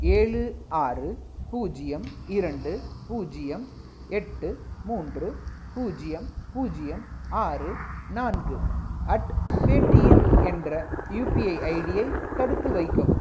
ஏழு ஆறு பூஜ்ஜியம் இரண்டு பூஜ்ஜியம் எட்டு மூன்று பூஜ்ஜியம் பூஜ்ஜியம் ஆறு நான்கு அட் பேடிஎம் என்ற யுபிஐ ஐடியை தடுத்து வைக்கவும்